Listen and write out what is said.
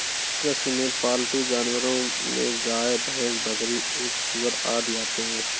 कृषि में पालतू जानवरो में गाय, भैंस, बकरी, ऊँट, सूअर आदि आते है